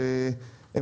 וב.